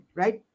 right